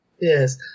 Yes